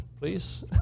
Please